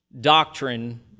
doctrine